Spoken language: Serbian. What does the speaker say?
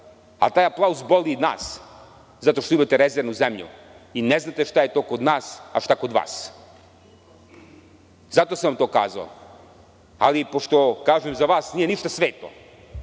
a taj aplauz boli nas, zato što imate rezervnu zemlju i ne znate šta je to kod nas, a šta kod vas. Zato sam vam to kazao. Ali, pošto za vas nije ništa sveto,